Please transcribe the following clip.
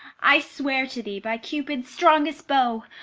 i swear to thee by cupid's strongest bow,